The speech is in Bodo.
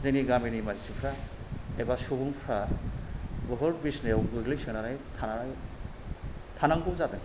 जोंनि गामिनि मानसिफ्रा एबा सुबुंफ्रा बुहुद बिसिनायाव गोग्लैसोनानै थानानै थानांगौ जादों